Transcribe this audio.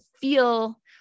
feel